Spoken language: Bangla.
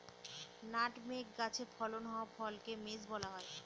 নাটমেগ গাছে ফলন হওয়া ফলকে মেস বলা হয়